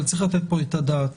אבל צריך לתת פה את הדעת.